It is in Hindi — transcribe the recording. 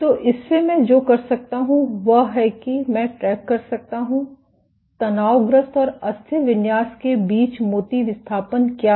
तो इससे मैं जो कर सकता हूं वह है कि मैं ट्रैक कर सकता हूँ तनावग्रस्त और अस्थिर विन्यास के बीच मोती विस्थापन क्या है